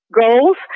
goals